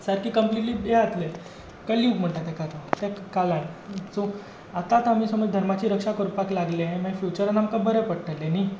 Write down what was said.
सारकें कंप्लिटली हें जातलें कलयूग म्हणटा ताका तो त्या काळान सो आतात आमी समज धर्माची रक्षा करपाक लागले मागीर फ्युचरान आमकां बरें पडटलें न्हय